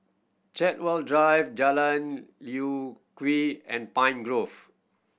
Chartwell Drive Jalan Lye Kwee and Pine Grove